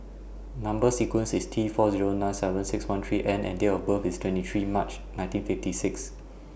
Number sequence IS T four Zero nine seven six one three N and Date of birth IS twenty three March nineteen fifty six